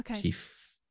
chief